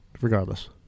regardless